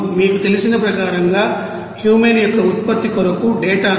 మీకు తెలిసిన ప్రకారంగా క్యూమెన్ యొక్క ఉత్పత్తి కొరకు డేటాను ఊహించండి